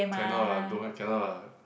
cannot lah don't cannot ah